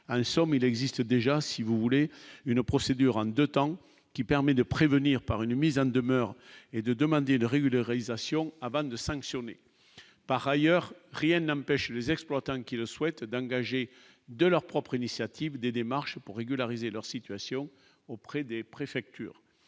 un sommet, il existe déjà, si vous voulez une procédure en 2 temps qui permet de prévenir par une mise en demeure et de demander de régularisation à 22 5 si on est par ailleurs rien pêche les exploitants qui le souhaitent d'engager de leur propre initiative des démarches pour régulariser leur situation auprès des préfectures,